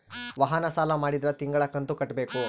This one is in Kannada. ವಾಹನ ಸಾಲ ಮಾಡಿದ್ರಾ ತಿಂಗಳ ಕಂತು ಕಟ್ಬೇಕು